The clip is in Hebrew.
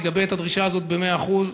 נגבה את הדרישה הזאת במאה אחוז.